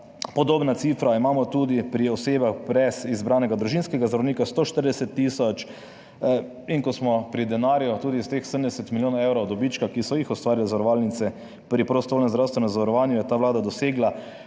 Podobna cifra imamo tudi pri osebah brez izbranega družinskega zdravnika, 140 tisoč, in ko smo pri denarju, tudi iz teh 70 milijonov evrov dobička, ki so jih ustvarile zavarovalnice pri prostovoljnem zdravstvenem zavarovanju je ta vlada dosegla,